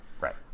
right